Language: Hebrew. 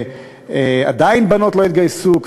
ועדיין בנות לא התגייסו,